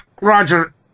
Roger